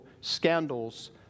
scandals